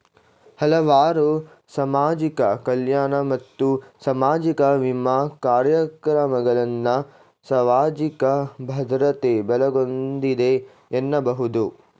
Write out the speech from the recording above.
ಹಲವಾರು ಸಾಮಾಜಿಕ ಕಲ್ಯಾಣ ಮತ್ತು ಸಾಮಾಜಿಕ ವಿಮಾ ಕಾರ್ಯಕ್ರಮಗಳನ್ನ ಸಾಮಾಜಿಕ ಭದ್ರತೆ ಒಳಗೊಂಡಿದೆ ಎನ್ನಬಹುದು